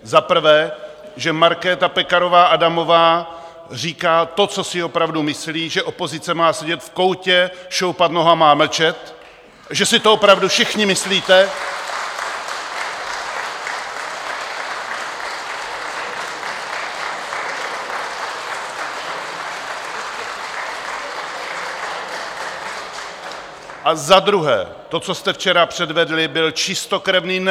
Za prvé, že Markéta Pekarová Adamová říká to, co si opravdu myslí, že opozice má sedět v koutě, šoupat nohama a mlčet, že si to opravdu všichni myslíte. . A za druhé, to, co jste včera předvedli, byl čistokrevný neomarxismus.